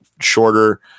shorter